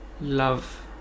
love